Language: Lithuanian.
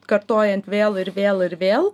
kartojant vėl ir vėl ir vėl